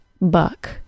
buck